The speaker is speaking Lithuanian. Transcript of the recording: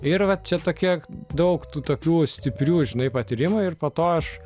ir vat čia tokia daug tų tokių stiprių žinai patyrimų ir po to aš